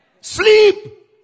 Sleep